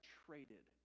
traded